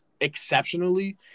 exceptionally